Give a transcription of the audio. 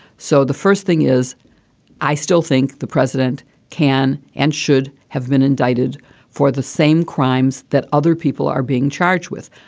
so the first thing is i still think the president can and should have been indicted for the same crimes that other people are being charged with.